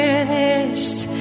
Finished